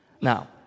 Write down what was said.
Now